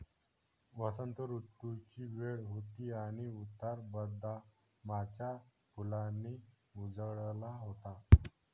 वसंत ऋतूची वेळ होती आणि उतार बदामाच्या फुलांनी उजळला होता